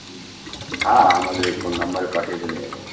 হ্যাঁ হ্যাঁ আমাদের এই ফোন নম্বরে পাঠিয়ে দিলেই হবে